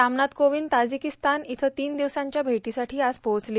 Ramnath Kovind Tajikistan इथं तीन दिवसांच्या भेटीसाठी आज पोहोचले